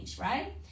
right